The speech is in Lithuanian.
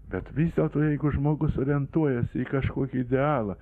bet vis dėlto jeigu žmogus orientuojasi į kažkokį idealą